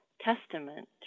testament